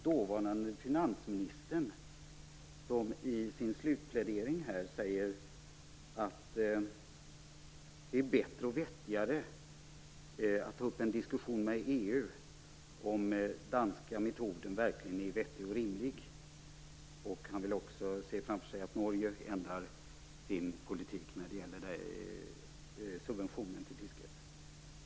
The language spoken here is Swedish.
Dåvarande finansministern sade i sin slutplädering att det var bättre och vettigare att ta upp en diskussion med EU om huruvida den danska metoden verkligen var vettig och rimlig. Han ville också se framför sig att Norge ändrade sin politik när det gällde subventionen till fisket.